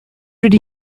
did